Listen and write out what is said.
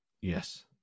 Yes